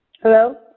Hello